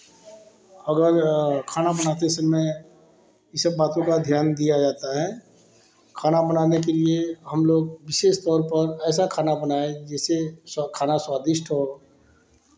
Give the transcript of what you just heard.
अगर खाना बनाते समय यह सब बातों का ध्यान दिया जाता है खाना बनाने के लिए हम लोग विशेष तौर पर ऐसा खाना बनाएँ जैसे खाना स्वादिष्ट हो